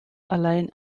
allein